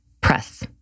press